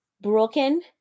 broken